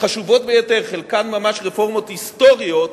חשובות ביותר, חלקן ממש רפורמות היסטוריות,